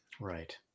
Right